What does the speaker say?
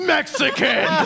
Mexican